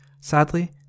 Sadly